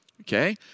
Okay